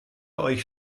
euch